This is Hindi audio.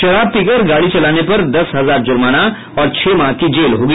शराब पीकर गाड़ी चलाने पर दस हजार जुर्माना और छह माह की जेल होगी